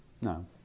No